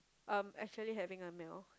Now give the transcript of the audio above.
um actually having a meal